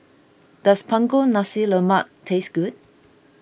does Punggol Nasi Lemak taste good